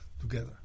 together